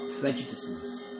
prejudices